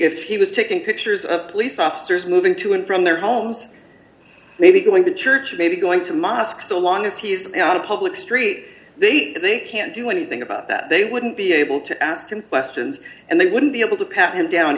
was taking pictures of police officers moving to and from their homes maybe going to church maybe going to mosque so long as he's not a public street they can't do anything about that they wouldn't be able to ask him questions and they wouldn't be able to pat him down